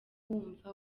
wumva